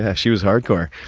yeah she was hardcore.